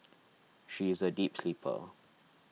she is a deep sleeper